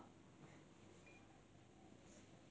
uh normally 我们是吃那个